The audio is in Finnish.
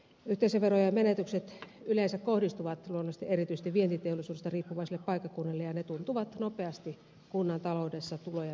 yhteisöverojen menetykset yleensä kohdistuvat luonnollisesti erityisesti vientiteollisuudesta riippuvaisille paikkakunnille ja ne tuntuvat nopeasti kunnan taloudessa tulojen menetyksinä